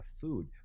food